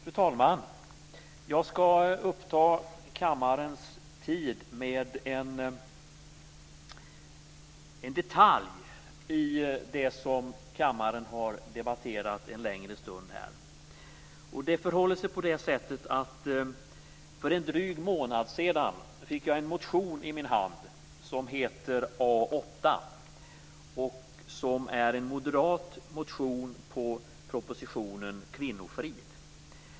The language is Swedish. Fru talman! Jag skall uppta kammarens tid med en detalj i det som kammaren nu har debatterat en längre stund. För drygt en månad sedan fick jag en motion i min hand som hette A8, en moderat motion på propositionen Kvinnofrid.